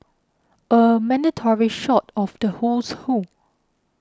a mandatory shot of the who's who